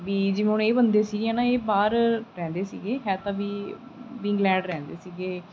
ਵੀ ਜਿਵੇਂ ਹੁਣ ਇਹ ਬੰਦੇ ਸੀਗੇ ਨਾ ਇਹ ਬਾਹਰ ਰਹਿੰਦੇ ਸੀਗੇ ਹੈ ਤਾਂ ਵੀ ਵੀ ਇੰਗਲੈਂਡ ਰਹਿੰਦੇ ਸੀਗੇ ਇਹ